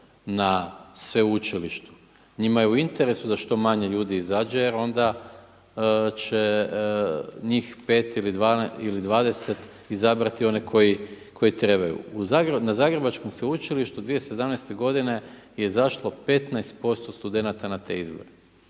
na sveučilištu, njima je u interesu da što manje ljudi izađe jer onda će njih 5 ili 20 izabrati one koji trebaju. Na zagrebačkom sveučilištu 2017. g. je izašlo 15% studenata na te izbore.